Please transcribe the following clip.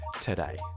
today